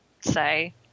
say